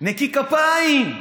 נקי כפיים.